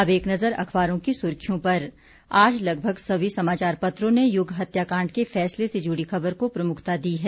अब एक नजर अखबारों की सुर्खियों पर आज लगभग सभी समाचार पत्रों ने यूग हत्याकांड के फैसले से जुड़ी खबर को प्रमुखता दी है